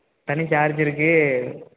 தனி சார்ஜ் இருக்கு